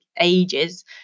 ages